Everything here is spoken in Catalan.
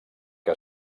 que